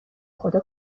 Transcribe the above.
خدا